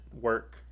work